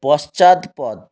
পশ্চাৎপদ